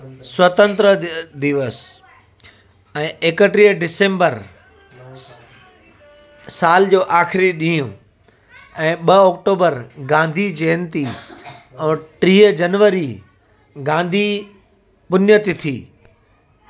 स्वतंत्र दि दिवस ऐं एकटीह डिसैंबर साल जो आख़िरी ॾींहुं ऐं ॿ ऑक्टूबर गांधी जयंती और टीह जनवरी गांधी पुन्य तिथि